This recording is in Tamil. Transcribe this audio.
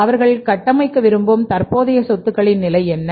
அவர்கள் கட்டமைக்க விரும்பும் தற்போதைய சொத்துக்களின் நிலை என்ன